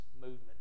movement